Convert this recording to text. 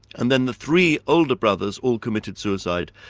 and then the three older brothers all committed suicide.